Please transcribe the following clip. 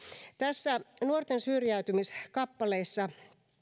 tässä nuorten syrjäytymiskappaleessa